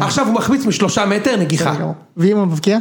עכשיו הוא מחמיץ משלושה מטר נגיחה. ואם הוא מבקר?